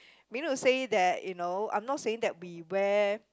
meaning to say that you know I'm not saying that we wear